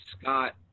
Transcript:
Scott